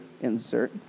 insert